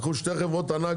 לקחו שתי חברות ענק